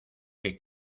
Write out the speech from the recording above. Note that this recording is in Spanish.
que